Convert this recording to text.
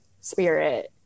spirit